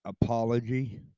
apology